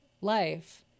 life